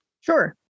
Sure